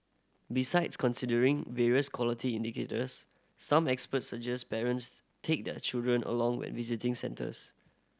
besides considering various quality indicators some experts suggest parents take their children along when visiting centres